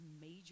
major